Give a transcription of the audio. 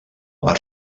part